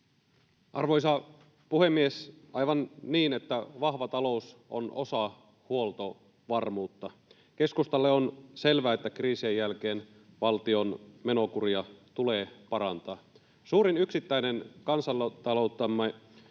Arvoisa puhemies! Aivan niin, vahva talous on osa huoltovarmuutta. Keskustalle on selvää, että kriisien jälkeen valtion menokuria tulee parantaa. Suurin yksittäinen kansantalouttamme